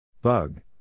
Bug